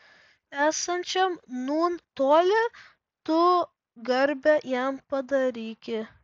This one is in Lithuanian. esančiam nūn toli tu garbę jam padaryki